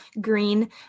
green